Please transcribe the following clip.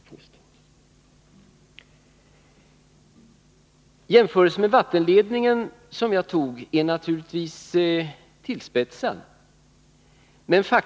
Min jämförelse med vattenledningen är naturligtvis tillspetsad.